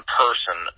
person